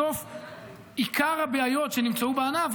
בסוף עיקר הבעיות שנמצאו בענף,